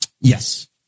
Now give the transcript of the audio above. Yes